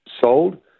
sold